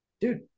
dude